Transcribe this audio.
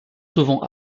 souvent